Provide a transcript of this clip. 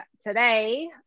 today